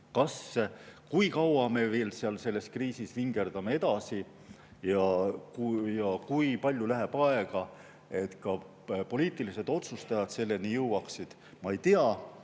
Kui kaua me veel selles kriisis edasi vingerdame ja kui palju läheb aega, et ka poliitilised otsustajad selleni jõuaksid, ma ei tea,